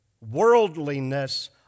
worldliness